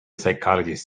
psychologist